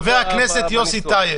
חבר הכנסת יוסי טייב.